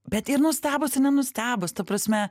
bet ir nustebus ir nenustebus ta prasme